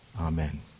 Amen